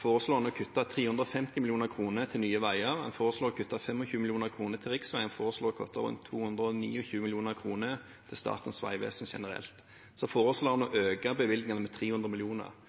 foreslår en å kutte 350 mill. kr til nye veier, en foreslår å kutte 25 mill. kr til riksveier, og en foreslår å kutte rundt 229 mill. kr til Statens vegvesen generelt. Så foreslår en å